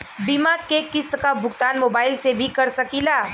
बीमा के किस्त क भुगतान मोबाइल से भी कर सकी ला?